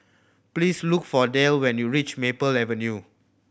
please look for Delle when you reach Maple Avenue